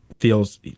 feels